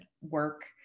work